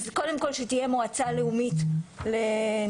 קודם כל שתהיה מועצה לאומית לנוירולוגיה.